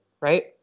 right